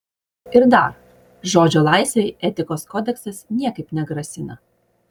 ir dar žodžio laisvei etikos kodeksas niekaip negrasina